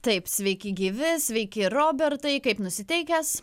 taip sveiki gyvi sveiki robertai kaip nusiteikęs